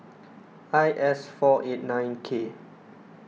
I S four eight nine K